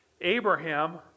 Abraham